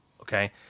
okay